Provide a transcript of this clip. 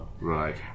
Right